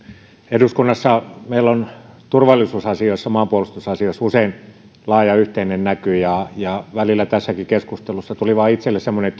eduskunnassa meillä on turvallisuusasioissa ja maanpuolustusasioissa usein laaja yhteinen näky ja ja välillä tässäkin keskustelussa tuli vain itselle semmoinen